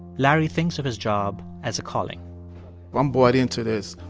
larry thinks of his job as a calling well, i'm born into this.